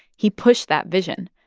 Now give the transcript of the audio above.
he pushed that vision,